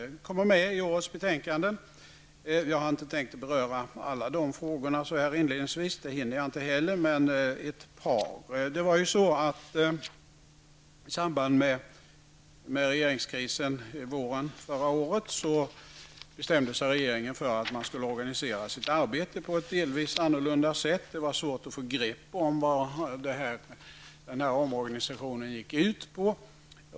Jag har inte tänkt beröra alla dessa frågor inledningsvis, utan jag nöjer mig med att ta upp ett par. I samband med regeringskrisen under våren förra året bestämde sig regeringen för att man skulle organisera sitt arbete på ett delvis annorlunda sätt. Det var svårt att få grepp om vad omorganisationen gick ut på.